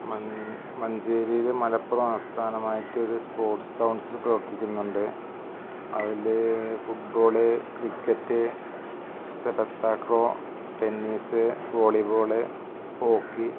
മന് മഞ്ചേരിയില് മലപ്പുറം ആസ്ഥനമായിട്ടൊര് sports council പ്രവര്ത്തിക്കുന്നുണ്ട് അതില് football cricket tennis volleyball hockey